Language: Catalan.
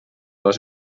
les